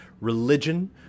religion